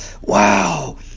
Wow